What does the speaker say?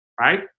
right